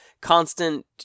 constant